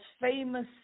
famous